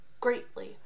greatly